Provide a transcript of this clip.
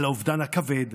על האובדן הכבד,